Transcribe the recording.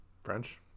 French